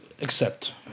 accept